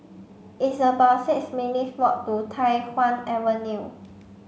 it's about six minutes' walk to Tai Hwan Avenue